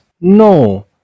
No